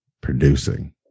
producing